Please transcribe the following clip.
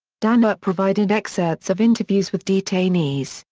danner provided excerpts of interviews with detainees,